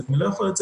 באיו"ש.